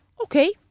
okay